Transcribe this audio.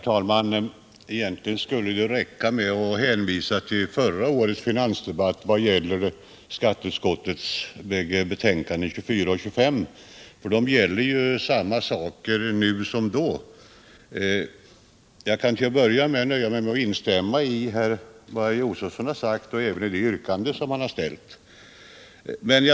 Jag kan till att börja med instämma i vad herr Josefson har sagt och även i det yrkande som han har ställt.